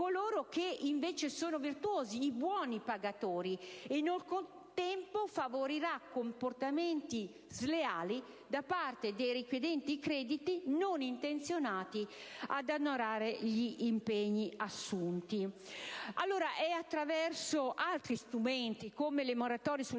che sono virtuosi, cioè i buoni pagatori, e nel contempo favorirà comportamenti sleali da parte dei richiedenti credito non intenzionati ad onorare gli impegni assunti. Allora, attraverso altri strumenti, come le moratorie sul